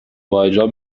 باحجاب